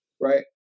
right